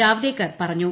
ജാവ്ദേക്കർ പറഞ്ഞു